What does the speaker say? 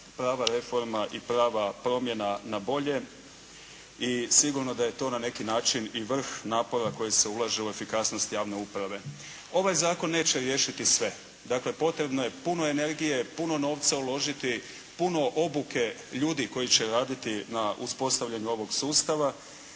prava reforma i prava promjena na bolje i sigurno da je to na neki način i vrh napora koji se ulaže u efikasnost javne uprave. Ovaj zakon neće riješiti sve, dakle potrebno je puno energije, puno novca uložiti, puno obuke ljudi koji će raditi na uspostavljanju ovog sustava